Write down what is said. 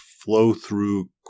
flow-through